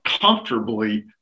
comfortably